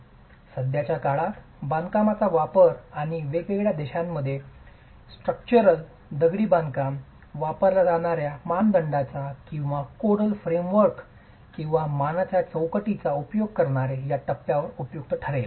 सध्याच्या काळात बांधकामाचा वापर आणि वेगवेगळ्या देशांमध्ये स्ट्रक्चरल दगडी बांधकाम वापरल्या जाणार्या मानदंडांचा किंवा कोडल फ्रेमवर्कचा किंवा मानक चौकटीचा उपयोग करणे या टप्प्यावर उपयुक्त ठरेल